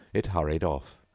it hurried off,